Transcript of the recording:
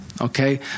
okay